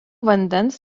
vandens